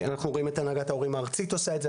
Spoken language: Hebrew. אנחנו רואים את הנהגת ההורים הארצית עושה את זה,